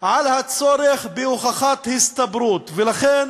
על הצורך בהוכחת הסתברות, ולכן